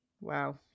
Wow